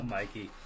Mikey